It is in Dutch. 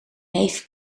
neef